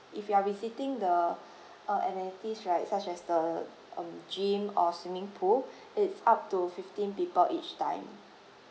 if you are visiting the uh amenities right such as the um gym or swimming pool it's up to fifteen people each time